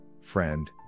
friend